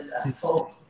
asshole